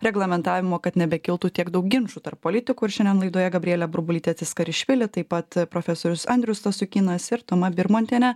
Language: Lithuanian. reglamentavimo kad nebekiltų tiek daug ginčų tarp politikų ir šiandien laidoje gabrielė burbulytė tsiskarišvili taip pat profesorius andrius stasiukynas ir toma birmontienė